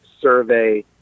survey